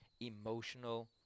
emotional